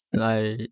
like I did